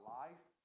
life